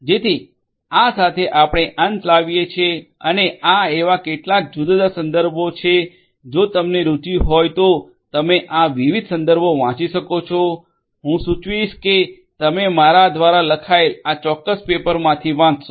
જેથી આ સાથે આપણે અંત લાવીએ છીએ અને આ એવા કેટલાક જુદા જુદા સંદર્ભો છે જો તમને રુચિ હોય તો તમે આ વિવિધ સંદર્ભો વાંચી શકો છો હું સૂચવીશ કે તમે મારા દ્વારા લખાયેલા આ ચોક્કસ પેપર માંથી વાંચશો